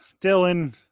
Dylan